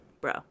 bro